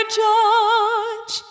judge